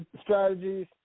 strategies